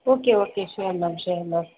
okay okay sure ma'am sure ma'am